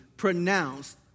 pronounced